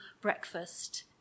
breakfast